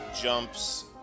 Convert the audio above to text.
jumps